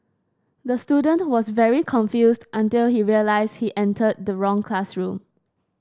the student was very confused until he realised he entered the wrong classroom